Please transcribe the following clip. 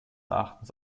erachtens